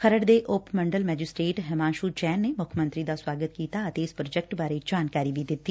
ਖਰਤ ਦੇ ਉਪ ਮੰਡਲ ਮੈਜਿਸਟਰੇਟ ਹਿਮਾਸੁ ਜੈਨ ਨੇ ਮੁੱਖ ਮੰਤਰੀ ਦਾ ਸੁਆਗਤ ਕੀਤਾ ਅਤੇ ਇਸ ਪ੍ਰੱਜੈਕਟ ਬਾਰੇ ਜਾਣਕਾਰੀ ਦਿੱਤੀ